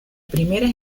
primera